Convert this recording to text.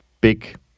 big